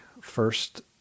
first